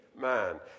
man